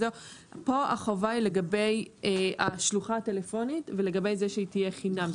כאן החובה היא לגבי השלוחה הטלפונית ולגבי זה שהיא תהיה חינמית.